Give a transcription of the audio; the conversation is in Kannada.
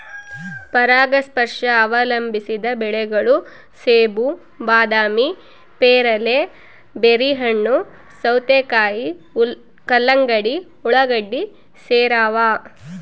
ಪರಾಗಸ್ಪರ್ಶ ಅವಲಂಬಿಸಿದ ಬೆಳೆಗಳು ಸೇಬು ಬಾದಾಮಿ ಪೇರಲೆ ಬೆರ್ರಿಹಣ್ಣು ಸೌತೆಕಾಯಿ ಕಲ್ಲಂಗಡಿ ಉಳ್ಳಾಗಡ್ಡಿ ಸೇರವ